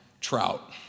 trout